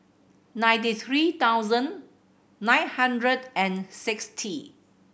ninety three thousand nine hundred and sixty